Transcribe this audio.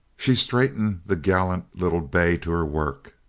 she straightened the gallant little bay to her work,